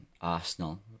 Arsenal